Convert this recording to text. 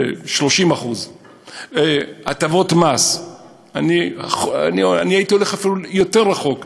30%. הטבות מס הייתי הולך אפילו רחוק יותר.